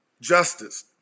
justice